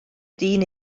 dyn